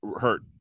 hurt